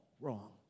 wrong